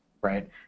right